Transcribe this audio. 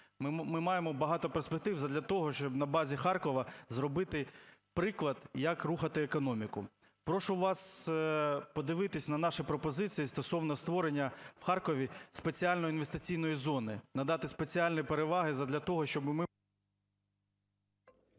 Ми маємо багато перспектив задля того, щоб на базі Харкова зробити приклад, як рухати економіку. Прошу вас подивитися на наші пропозиції стосовно створення в Харкові спеціальної інвестиційної зони, надати спеціальні переваги задля того,